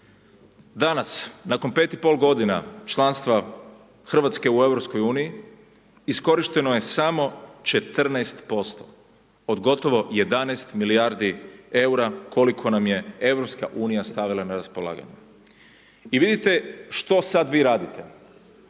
Danas, nakon 5 i pol godina članstva Hrvatske u EU iskorišteno je samo 14% od gotovo 11 milijardi EUR-a koliko nam je EU stavila na raspolaganje. I vidite što sad vi radite.